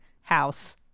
house